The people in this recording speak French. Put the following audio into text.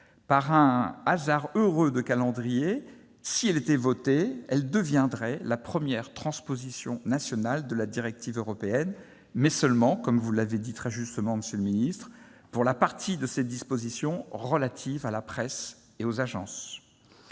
Par un hasard heureux de calendrier, si elle était adoptée, elle deviendrait la première transposition nationale de la directive européenne, mais seulement, comme vous l'avez très justement dit, monsieur le ministre, pour la partie des dispositions de cette dernière relatives à la presse et aux agences.